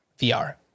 VR